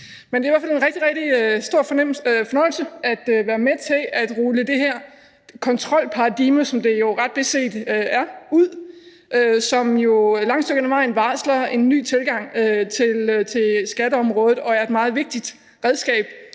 Men det er i hvert fald en rigtig, rigtig stor fornøjelse at være med til at rulle det her kontrolparadigme, som det jo ret beset er, ud, som jo et langt stykke ad vejen varsler en ny tilgang til skatteområdet og er et meget vigtigt redskab